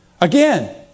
Again